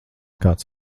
kāds